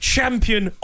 Champion